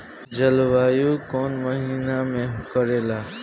जलवायु कौन महीना में करेला?